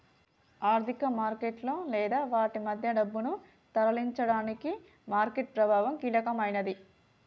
ఆర్థిక మార్కెట్లలో లేదా వాటి మధ్య డబ్బును తరలించడానికి మార్కెట్ ప్రభావం కీలకమైనది